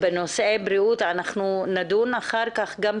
וכן בדבריך בווידאו שנשלח אלי.